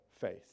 faith